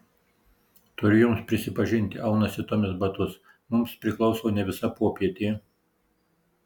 turiu jums prisipažinti aunasi tomis batus mums priklauso ne visa popietė